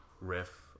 riff